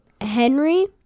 Henry